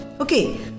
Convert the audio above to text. Okay